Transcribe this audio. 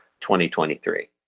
2023